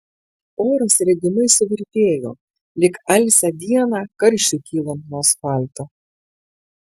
oras regimai suvirpėjo lyg alsią dieną karščiui kylant nuo asfalto